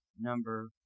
number